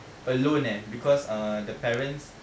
alone eh because err the parents